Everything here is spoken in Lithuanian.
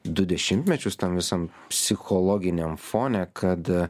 du dešimtmečius tam visam psichologiniam fone kad